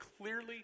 clearly